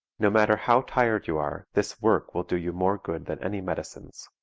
no matter how tired you are this work will do you more good than any medicines.